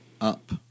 up